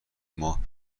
ماه